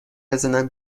بزنم